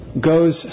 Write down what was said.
goes